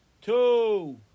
Two